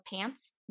pants